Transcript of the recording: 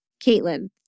Caitlin